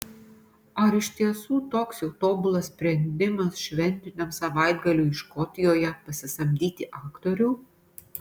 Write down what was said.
ar iš tiesų toks jau tobulas sprendimas šventiniam savaitgaliui škotijoje pasisamdyti aktorių